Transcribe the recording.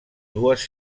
dues